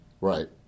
Right